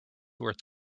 worth